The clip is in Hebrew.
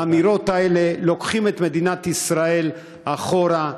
האמירות האלה לוקחות את מדינת ישראל אחורה.